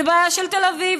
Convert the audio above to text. זו בעיה של תל אביב.